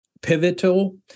pivotal